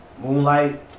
Moonlight